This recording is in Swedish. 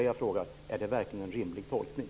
Är det verkligen en rimlig tolkning?